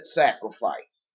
sacrifice